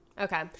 Okay